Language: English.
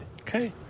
Okay